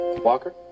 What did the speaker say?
Walker